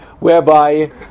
whereby